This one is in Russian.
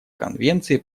конвенции